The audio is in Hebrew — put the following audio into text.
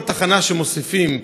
כל תחנה שמוסיפים,